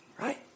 Right